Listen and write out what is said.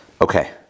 Okay